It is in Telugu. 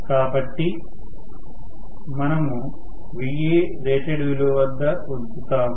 కాబట్టి మనము Vaరేటెడ్ విలువ వద్ద ఉంచుతాము